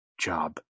job